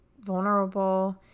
vulnerable